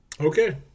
Okay